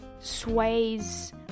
sways